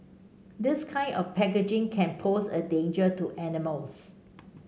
this kind of packaging can pose a danger to animals